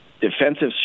defensive